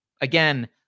Again